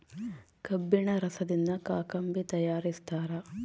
ಕಬ್ಬಿಣ ರಸದಿಂದ ಕಾಕಂಬಿ ತಯಾರಿಸ್ತಾರ